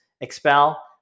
Expel